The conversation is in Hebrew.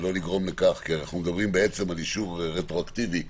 כי אנחנו מדברים על אישור רטרואקטיבי,